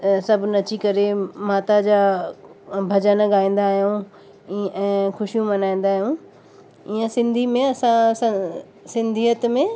सभु नची करे माता जा भॼन ॻाईंदा आहियूं ई ऐं ख़ुशियूं मल्हाईंदा आहियूं ईअं सिंधी में असां सां सिंधियत में